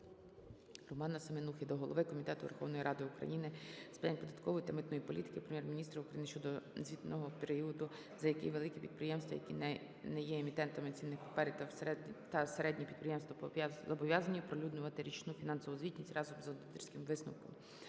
Романа Семенухи до голови Комітету Верховної Ради України з питань податкової та митної політики, Прем'єр-міністра України щодо звітного періоду, за який великі підприємства, які не є емітентами цінних паперів, та середні підприємства зобов'язані оприлюднювати річну фінансову звітність разом з аудиторським висновком.